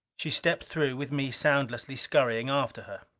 she stepped through, with me soundlessly scurrying after her.